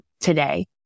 today